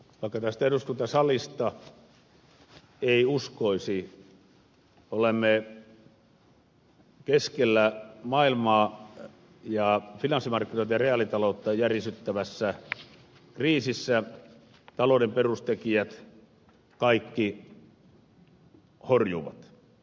vaikka tästä eduskuntasalista ei uskoisi olemme keskellä maailmaa ja finanssimarkkinoita ja reaalitaloutta järisyttävää kriisiä kaikki talouden perustekijät horjuvat